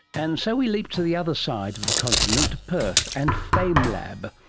and so we leap to the other side of the continent, to perth and famelab.